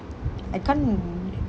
I can't